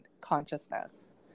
consciousness